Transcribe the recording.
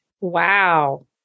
Wow